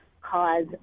cause